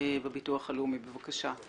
בביטוח הלאומי, בבקשה.